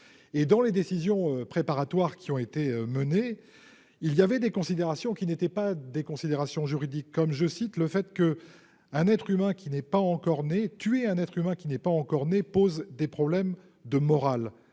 et dans les décisions préparatoires qui ont été menées, il y avait des considérations qui n'étaient pas des considérations juridiques, comme je cite le fait que, un être humain qui n'est pas encore né, tuer un être humain qui n'est pas encore né, pose des problèmes de morale,